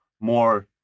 more